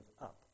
up